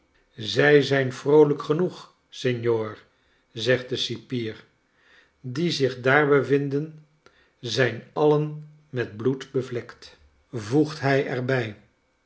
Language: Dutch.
zij zijn vroolijk genoeg signor zegt de cipier die zich daar bevinden zijn alien met bloedbevlekt een vluchtig diorama voegt hij er